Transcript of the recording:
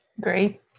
Great